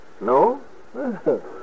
No